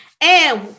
And-